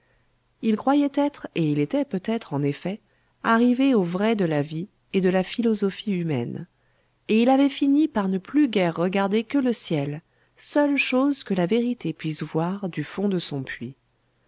il croyait être et il était peut-être en effet arrivé au vrai de la vie et de la philosophie humaine et il avait fini par ne plus guère regarder que le ciel seule chose que la vérité puisse voir du fond de son puits